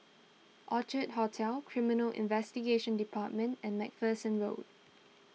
Orchid Hotel Criminal Investigation Department and MacPherson Road